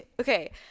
Okay